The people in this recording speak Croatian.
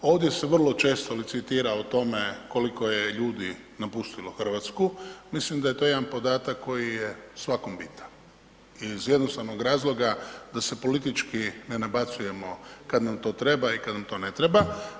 Ovdje se vrlo često licitira o tome koliko je ljudi napustilo Hrvatsku, mislim da je to jedan podatak koji je svakom bitan iz jednostavnog razloga da se politički ne nabacujemo kad nam to treba i kad nam to ne treba.